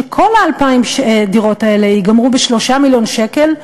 שכל 2,000 הדירות האלה ייגמרו ב-3 מיליון שקל,